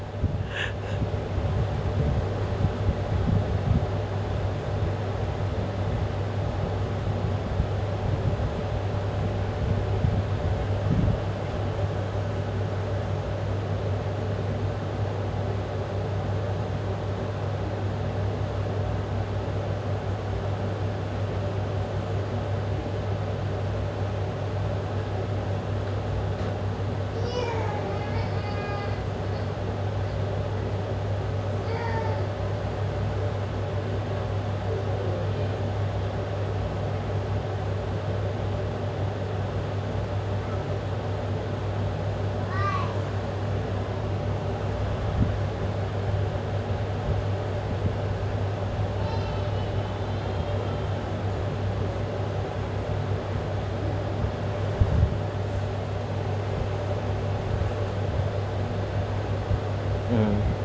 mm